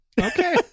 okay